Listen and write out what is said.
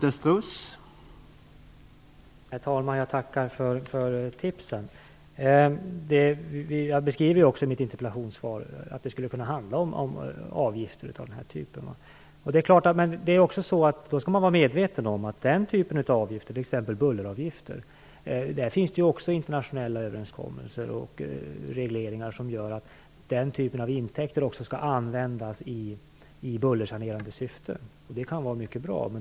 Herr talman! Jag tackar för tipsen. Jag beskrev i mitt interpellationssvar att det skulle handla om avgifter av den här typen. Men då skall man vara medveten om att när det gäller den typen av avgifter, t.ex. bulleravgifter, finns internationella överenskommelser och regleringar som gör att den typen av intäkter skall användas i bullersanerande syfte. Det kan vara bra.